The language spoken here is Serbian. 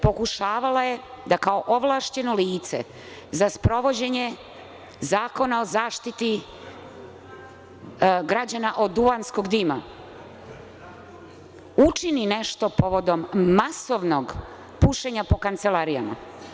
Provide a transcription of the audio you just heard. Pokušavala je da, kao ovlašćeno lice za sprovođenje Zakona o zaštiti građana od duvanskog dima, učini nešto povodom masovnog pušenja po kancelarijama.